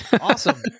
Awesome